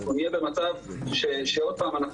אנחנו נהיה במצב שעוד פעם,